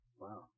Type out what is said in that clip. Wow